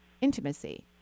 intimacy